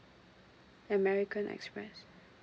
american express